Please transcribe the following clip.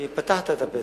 כי פתחת את הפתח,